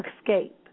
Escape